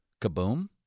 Kaboom